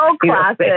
classic